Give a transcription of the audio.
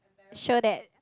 show that